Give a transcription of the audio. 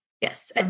Yes